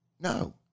No